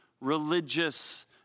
religious